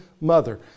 mother